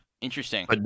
interesting